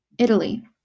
Italy